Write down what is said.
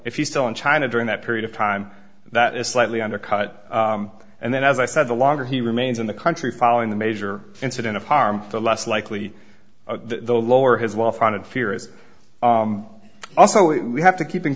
you still in china during that period of time that is slightly undercut and then as i said the longer he remains in the country following the major incident of harm the less likely the lower his well founded fear is also what we have to keep in